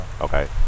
okay